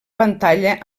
pantalla